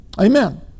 Amen